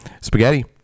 Spaghetti